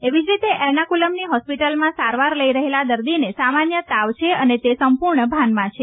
એવી જ રીતે એર્ના્ફલમની હોસ્પિટલમાં સારવાર લઈ રહેલા દર્દીને સામાન્ય તાવ છે અને તે સંપૂર્ણ ભાનમાં છે